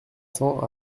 cents